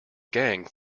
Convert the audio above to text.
gang